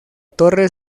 torre